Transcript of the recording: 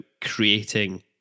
creating